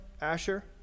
Asher